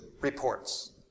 reports